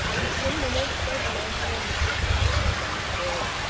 in ten minutes both maggie and mrs nixon had gone to bed.